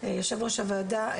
יושב ראש הוועדה,